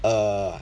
err